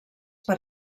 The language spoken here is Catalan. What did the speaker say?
per